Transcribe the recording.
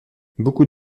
beaucoup